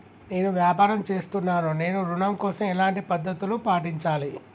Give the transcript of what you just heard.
నేను వ్యాపారం చేస్తున్నాను నేను ఋణం కోసం ఎలాంటి పద్దతులు పాటించాలి?